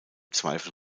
zweifel